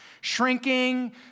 Shrinking